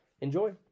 Enjoy